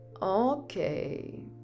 Okay